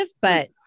but-